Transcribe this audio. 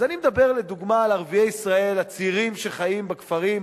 אז אני מדבר לדוגמה על ערביי ישראל הצעירים שחיים בכפרים,